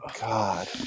God